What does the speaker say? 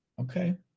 okay